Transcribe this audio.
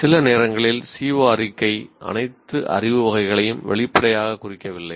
சில நேரங்களில் CO அறிக்கை அனைத்து அறிவு வகைகளையும் வெளிப்படையாகக் குறிக்கவில்லை